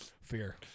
Fear